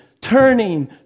turning